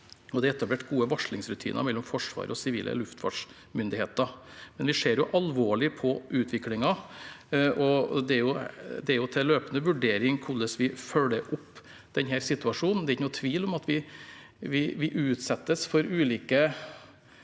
det er etablert gode varslingsrutiner mellom Forsvaret og sivile luftfartsmyndigheter. Men vi ser alvorlig på utviklingen, og det er til løpende vurdering hvordan vi følger opp denne situasjonen. Det er ingen tvil om at vi utsettes for ulike